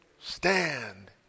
Stand